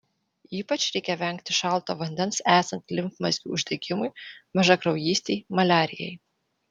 ypač reikia vengti šalto vandens esant limfmazgių uždegimui mažakraujystei maliarijai